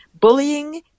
bullying